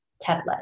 tablet